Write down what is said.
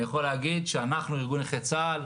אני יכול להגיד שאנחנו ארגון נכי צה"ל,